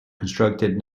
constructed